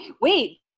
Wait